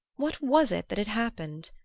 what was it that had happened?